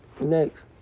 Next